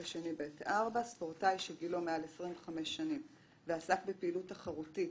(ב4) ספורטאי שגילו מעל 25 שנים ועסק בפעילות תחרותית